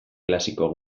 klasiko